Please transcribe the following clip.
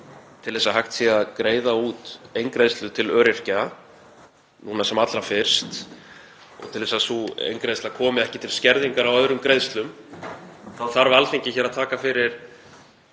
til að hægt sé að greiða út eingreiðslu til öryrkja núna sem allra fyrst og til þess að sú eingreiðsla komi ekki til skerðingar á öðrum greiðslum þá þarf Alþingi að taka fyrir